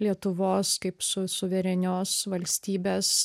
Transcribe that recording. lietuvos kaip su suverenios valstybės